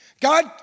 God